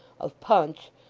of punch,